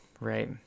right